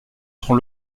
sur